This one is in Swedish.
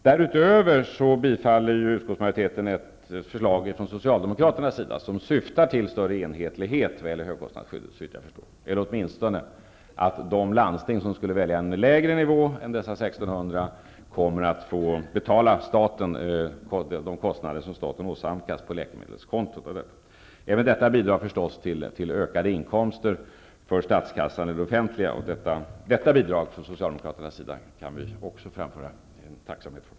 Därutöver tillstyrker utskottsmajoriteten ett förslag från Socialdemokraterna som, såvitt jag förstår, syftar till större enhetlighet när det gäller högkostnadsskyddet, eller åtminstone till att de landsting som skulle välja en lägre nivå än 1 600 kr. kommer att till staten få betala de kostnader som staten åsamkas på läkemedelskontot. Även detta bidrar förstås till ökade inkomster för statskassan och det offentliga. Detta bidrag från Socialdemokraterna kan vi framföra vår tacksamhet för.